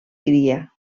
cria